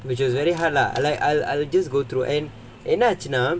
which is very hard lah like I'll I'll just go through and என்னாச்சுன்னா:ennaachunaa